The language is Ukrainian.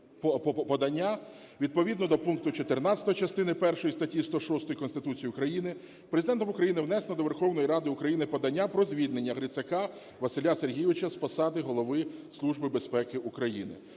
Відповідно до пункту 14 частини першої статті 106 Конституції України Президентом України внесено до Верховної Ради України подання про звільнення Грицака Василя Сергійовича з посади Голови Служби безпеки України.